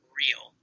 real